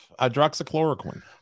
hydroxychloroquine